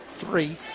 three